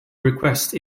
request